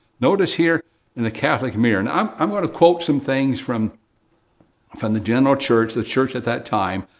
notice here in the catholic mirror, and i'm i'm going to quote some things from and the general church, the church at that time,